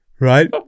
Right